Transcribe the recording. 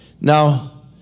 Now